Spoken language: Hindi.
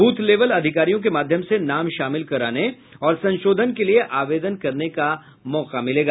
बूथ लेबल अधिकारियों के माध्यम से नाम शामिल कराने और संशोधन के लिए आवेदन करने का मौका मिलेगा